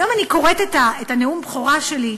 היום אני קוראת את נאום הבכורה שלי,